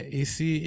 esse